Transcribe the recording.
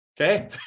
okay